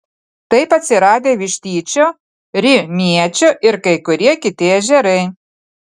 taip atsiradę vištyčio rimiečio ir kai kurie kiti ežerai